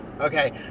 Okay